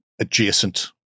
adjacent